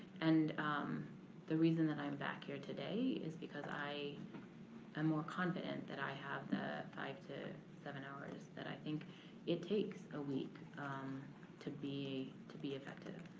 and the reason that i'm back here today is because i am more confident that i have the five to seven hours that i think it takes a week to be to be effective.